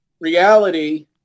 reality